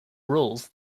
rules